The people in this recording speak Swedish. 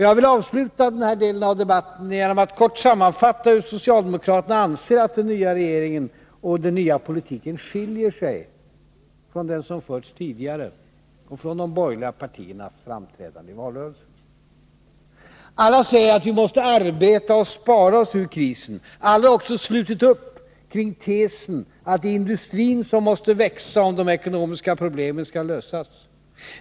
Jag vill avsluta den här delen av debatten genom att kort sammanfatta hur socialdemokraterna anser att den nya regeringen och den nya politiken skiljer sig från den tidigare och från de borgerliga partiernas framträdande i valrörelsen. Alla säger att vi måste arbeta och spara oss ur krisen. Alla har också slutit upp kring tesen att industrin måste växa om de ekonomiska problemen skall lösas.